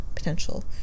potential